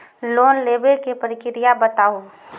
Loan लेवे के प्रक्रिया बताहू?